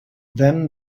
then